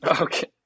Okay